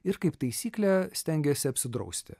ir kaip taisyklė stengiasi apsidrausti